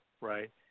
Right